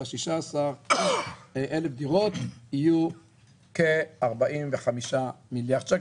ה-16,000 דירות יהיו כ-45 מיליארד שקל.